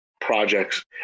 projects